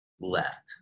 left